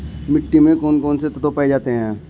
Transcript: मिट्टी में कौन कौन से तत्व पाए जाते हैं?